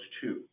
two